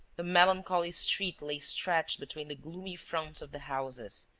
the melancholy street lay stretched between the gloomy fronts of the houses,